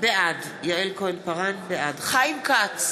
בעד חיים כץ,